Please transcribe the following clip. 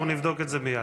אנחנו נבדוק את זה מייד.